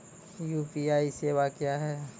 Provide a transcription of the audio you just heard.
UPI सेवा क्या हैं?